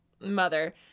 Mother